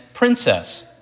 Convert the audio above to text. princess